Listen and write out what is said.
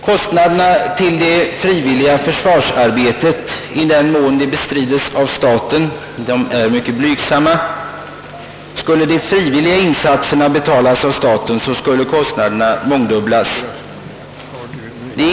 Kostnaderna för det frivilliga försvarsarbetet är mycket blygsamma för staten — i den mån de bestrids med statliga medel. Om de frivilliga insatserna skulle betalas av staten, blev utgifterna mångdubblade.